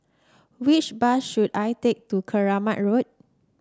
which bus should I take to Keramat Road